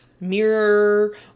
mirror